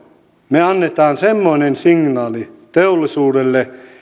me annamme semmoisen signaalin teollisuudelle